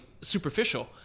superficial